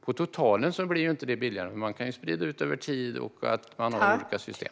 På totalen blir det inte billigare. Men man kan sprida ut det över tid och ha olika system.